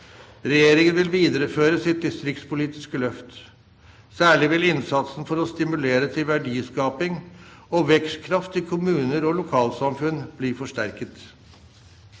Regjeringen vil videreføre sitt distriktspolitiske løft. Særlig vil innsatsen for å stimulere til verdiskaping og vekstkraft i kommuner og lokalsamfunn bli forsterket.